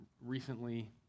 recently